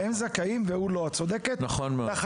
הם זכאים והוא לא, את צודקת לחלוטין.